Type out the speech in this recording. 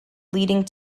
leading